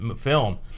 film